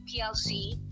PLC